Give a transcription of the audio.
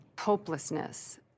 hopelessness